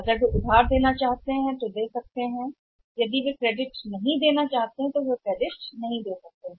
अगर वे देना चाहते हैं क्रेडिट वे क्रेडिट दे सकते हैं यदि वे क्रेडिट नहीं देना चाहते हैं तो वे क्रेडिट नहीं दे सकते हैं